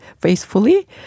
faithfully